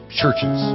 churches